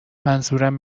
منظورم